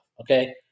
Okay